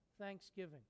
thanksgiving